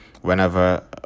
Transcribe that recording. whenever